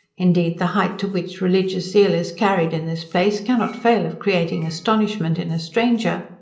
indeed, the height to which religious zeal is carried in this place, cannot fail of creating astonishment in a stranger.